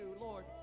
Lord